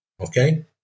Okay